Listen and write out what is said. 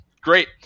Great